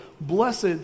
Blessed